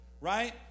right